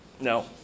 no